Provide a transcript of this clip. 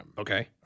Okay